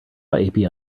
api